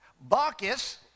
Bacchus